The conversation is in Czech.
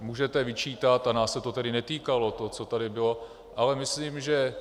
Můžete vyčítat a nás se to tedy netýkalo, to, co tady bylo ale myslím, že...